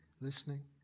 listening